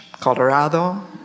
Colorado